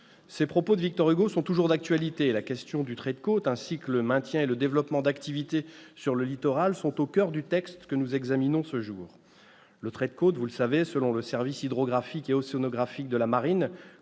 Ces propos sont toujours d'actualité et la question du trait de côte ainsi que le maintien et le développement d'activités sur le littoral sont au coeur du texte que nous examinons ce jour. Vous le savez, le trait de côte, selon le service hydrographique et océanographique de la marine,